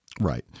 Right